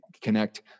connect